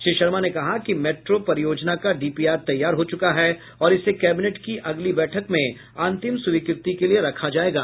श्री शर्मा ने कहा कि मेट्रो परियोजना का डीपीआर तैयार हो चुका है और इसे कैबिनेट की अगली बैठक में अंतिम स्वीकृति के लिए रखा जायेगा